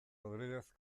rodriguez